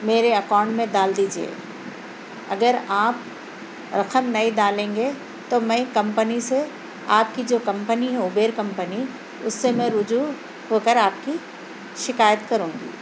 میرے اکاؤنٹ میں ڈال دیجئے اگر آپ رقم نہیں ڈالیں گے تو میں کمپنی سے آپ کی جو کمپنی ہے اوبیر کمپنی اس سے میں رجوع ہو کر آپ کی شکایت کروں گی